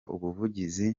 ubuvugizi